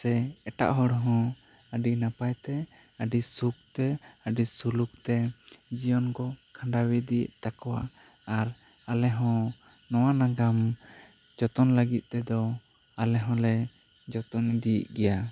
ᱥᱮ ᱮᱴᱟᱜ ᱦᱚᱲ ᱦᱚᱸ ᱟᱹᱰᱤ ᱱᱟᱯᱟᱭ ᱛᱮ ᱟᱹᱰᱤ ᱥᱩᱠᱷ ᱛᱮ ᱟᱹᱰᱤ ᱥᱩᱞᱩᱠ ᱛᱮ ᱡᱤᱭᱚᱱ ᱠᱚ ᱠᱷᱟᱸᱰᱟᱣ ᱤᱫᱤᱭᱮᱫ ᱛᱟᱠᱚᱣᱟ ᱟᱨ ᱟᱞᱮ ᱦᱚᱸ ᱱᱚᱣᱟ ᱱᱟᱜᱟᱢ ᱡᱚᱛᱚᱱ ᱞᱟᱹᱜᱤᱫ ᱛᱮᱫᱚ ᱟᱞᱮ ᱦᱚᱸᱞᱮ ᱡᱚᱛᱚᱱ ᱤᱫᱤᱭᱮᱜ ᱜᱮᱭᱟ